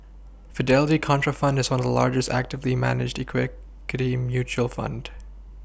Fidelity Contrafund is one of the largest actively managed mutual fund